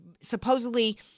supposedly